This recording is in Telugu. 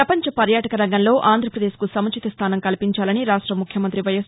ప్రపంచ పర్యాటక రంగంలో ఆంధ్రప్రదేశ్కు సముచిత స్థానం కల్పించాలని రాష్ట ముఖ్యమంతి వైఎస్